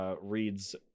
reads